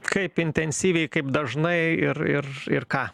kaip intensyviai kaip dažnai ir ir ir ką